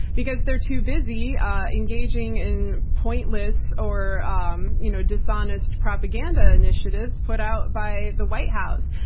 because they're too busy engaging in pointless or um you know dishonest propaganda initiatives, put out by the white house.